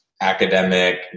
academic